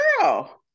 girl